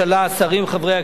שרים וחברי הכנסת,